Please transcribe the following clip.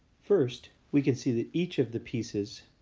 first, we can see that each of the pieces